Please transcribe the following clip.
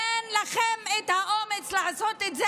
אין לכם את האומץ לעשות את זה,